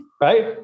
right